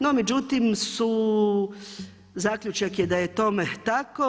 No međutim su, zaključak je da je tome tako.